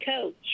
coach